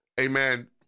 amen